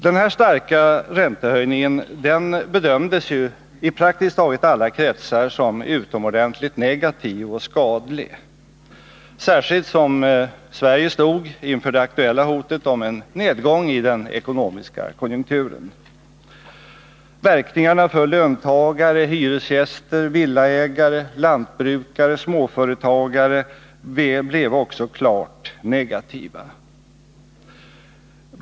Den här kraftiga räntehöjningen bedömdes ju i praktiskt taget alla kretsar som utomordentligt negativ och skadlig, särskilt som Sverige stod inför det aktuella hotet om en nedgång i den ekonomiska konjunkturen. Verkningarna för löntagare, hyresgäster, villaägare, lantbrukare och småföretagare blev också klart negativa.